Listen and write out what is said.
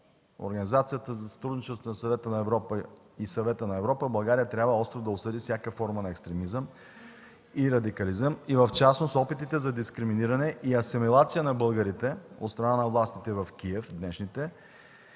сътрудничество на Съвета на Европа и Съвета на Европа България трябва остро да осъди всяка форма на екстремизъм и радикализъм и в частност опитите за дискриминиране и асимилация на българите от страната на днешните